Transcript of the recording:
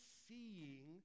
seeing